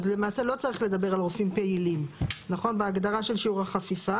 אז למעשה לא צריך לדבר על רופאים פעילים בהגדרה של שיעור החפיפה,